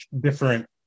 different